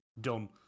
done